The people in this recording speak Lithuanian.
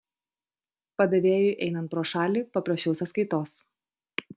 padavėjui einant pro šalį paprašau sąskaitos